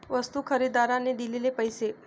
वस्तू खरेदीदाराने दिलेले पैसे